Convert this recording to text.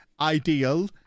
ideal